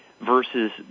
versus